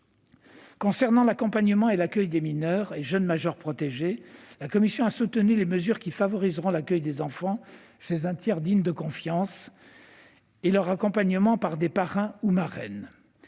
concerne l'accompagnement et l'accueil des mineurs et des jeunes majeurs protégés, la commission a soutenu les mesures favorisant l'accueil des enfants par un tiers digne de confiance et leur accompagnement par des parrains ou marraines.